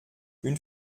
une